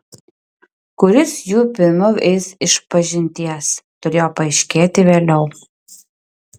kuris jų pirmiau eis išpažinties turėjo paaiškėti vėliau